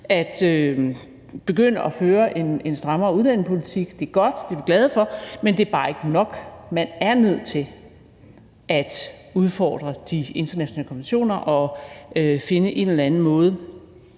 vil begynde at føre en strammere udlændingepolitik, er godt, og det er vi glade for, men det er bare ikke nok. Man er nødt til at udfordre de internationale konventioner og finde en eller anden måde